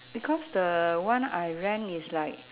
because the one I rent is like